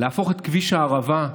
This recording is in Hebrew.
להפוך את כביש הערבה,